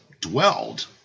dwelled